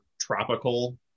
tropical